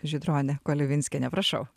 žydronė kolevinskienė prašau